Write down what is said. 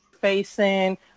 facing